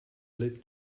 live